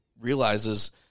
realizes